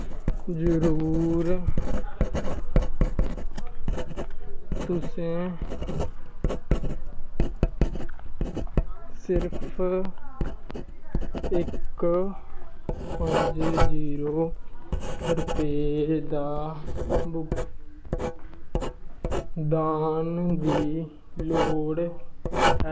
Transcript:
जरूर तुसें सिर्फ इक पंज जीरो रपेऽ दा भुगतान दी लोड़ ऐ